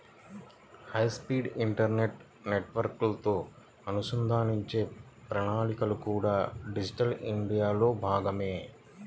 high speed internet నెట్వర్క్లతో అనుసంధానించే ప్రణాళికలు కూడా డిజిటల్ ఇండియాలో భాగమే